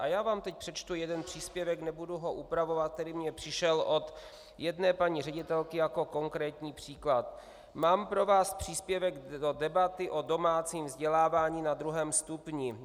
Já vám teď přečtu jeden příspěvek, nebudu ho upravovat, který mi přišel od jedné paní ředitelky jako konkrétní příklad: Mám pro vás příspěvek do debaty o domácím vzdělávání na druhém stupni.